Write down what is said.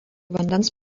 vandens